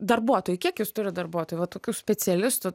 darbuotojų kiek jūs turit darbuotojų va tokių specialistų